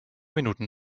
minuten